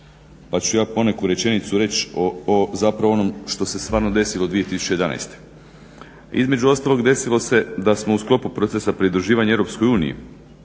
pa ću ja poneku rečenicu reći o onome što se stvarno desilo 2011. Između ostalog desilo se da smo u sklopu procesa pridruživanja EU morali